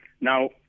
Now